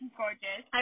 gorgeous